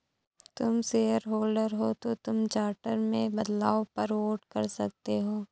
तुम शेयरहोल्डर हो तो तुम चार्टर में बदलाव पर वोट कर सकते हो